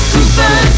Super